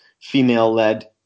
female-led